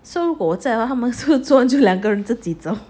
so 如果我在的话他们做完是不是两个人自己走